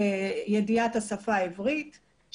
ידיעת השפה העברית,